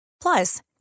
Plus